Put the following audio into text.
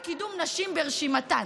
בקידום נשים ברשימתן.